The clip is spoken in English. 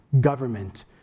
government